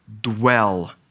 dwell